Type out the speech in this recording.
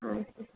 আচ্ছা